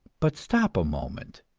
but stop a moment,